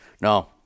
no